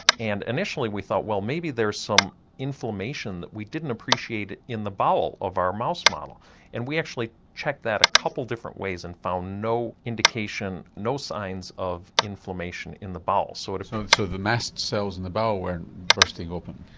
and initially we thought well maybe there's some inflammation that we didn't appreciate in the bowel of our mouse model and we actually checked that a couple of different ways and found no indication, no signs of inflammation in the bowel. sort of so the mast cells in the bowel weren't bursting open?